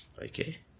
Okay